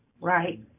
Right